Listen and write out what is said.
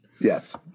Yes